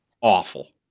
awful